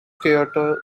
kyoto